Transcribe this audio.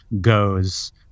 goes